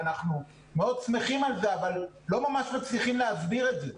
אנחנו מאוד שמחים על זה אבל לא ממש מצליחים להסביר את זה.